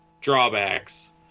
drawbacks